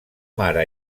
mare